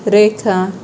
रेखा